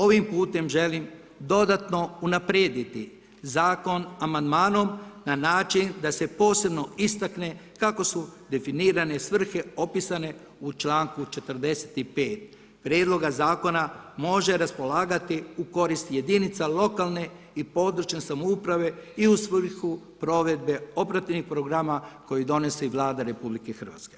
Ovim putem želim dodatno unaprijediti zakon amandmanom na način da se posebno istakne kako su definirane svrhe opisane u članku 45. prijedloga zakona može raspolagati u korist jedinica lokalne i područne samouprave i u svrhu provedbe operativnih programa koje donosi Vlada RH.